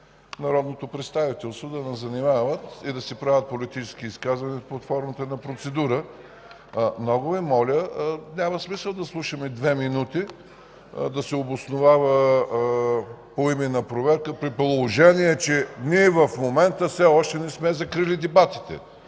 народното представителство да ни занимават и да си правят политически изказвания под формата на процедура. Много Ви моля, няма смисъл да слушаме 2 минути да се обоснова поименна проверка, при положение че ние в момента все още не сме закрили дебатите.